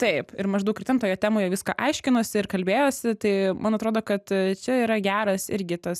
taip ir maždaug ir ten toje temoje viską aiškinosi ir kalbėjosi tai man atrodo kad čia yra geras irgi tas